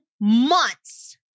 months